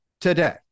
today